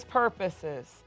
purposes